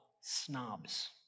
snobs